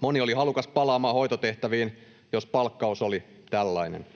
Moni oli halukas palaamaan hoitotehtäviin, jos palkkaus oli tällainen.